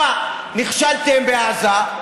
תשמע, נכשלתם בעזה,